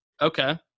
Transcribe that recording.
Okay